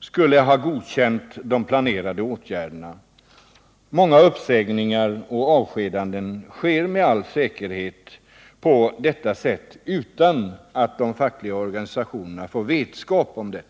skulle ha godkänt de planerade åtgärderna. Många uppsägningar och avskedanden sker med all säkerhet på detta sätt, dvs. utan att de fackliga organisationerna får vetskap om saken.